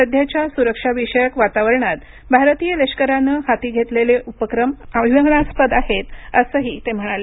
सध्याच्या सुरक्षाविषयक वातावरणात भारतीय लष्करानं हाती घेतलेले उपक्रम अभिमानास्पद आहेत असंही ते म्हणाले